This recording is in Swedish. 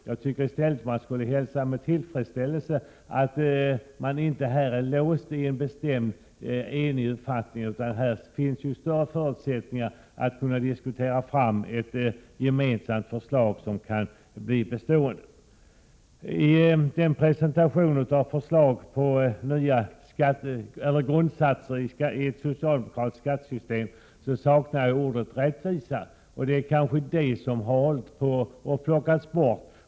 Man borde i stället hälsa med tillfredsställelse att vi inte här är låsta i en bestämd enig uppfattning utan att det finns större förutsättningar för att kunna diskutera fram ett gemensamt förslag som kan bli bestående. I presentationen av förslag till nya grundsatser i ett socialdemokratiskt skattesystem saknar jag ordet ”rättvisa”. Det är kanske detta som man har hållit på att plocka bort.